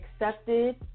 accepted